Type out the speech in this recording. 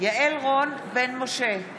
יעל רון בן משה,